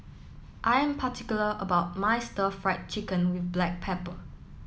I am particular about my Stir Fried Chicken with Black Pepper